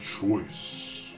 choice